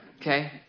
Okay